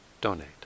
donate